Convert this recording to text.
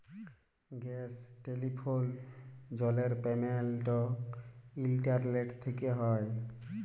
gas, telephone, জলের payment internet থ্যকে হয়